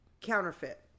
counterfeit